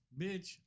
bitch